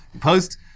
post